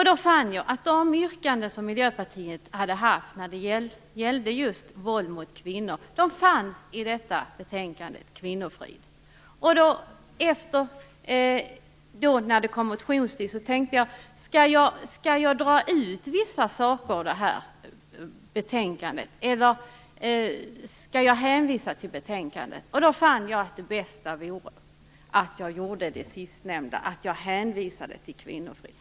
Då fann jag att Miljöpartiets yrkanden när det gällde just våld mot kvinnor fanns i betänkandet Kvinnofrid. Vid den allmänna motionstiden funderade jag över om jag skulle dra ut vissa saker ur detta betänkande eller om jag skulle hänvisa till betänkandet. Då fann jag att det bästa vore att jag hänvisade till betänkandet Kvinnofrid.